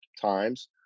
times